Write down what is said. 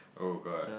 oh god